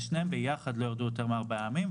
לשניהם ביחד לא ירדו יותר מארבעה ימים,